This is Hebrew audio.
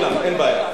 חבר הכנסת גילאון,